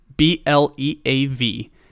B-L-E-A-V